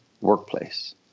workplace